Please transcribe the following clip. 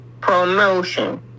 promotion